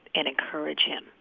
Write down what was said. and encourage him,